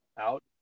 out